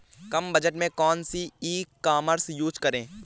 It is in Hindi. कम बजट में कौन सी ई कॉमर्स यूज़ करें?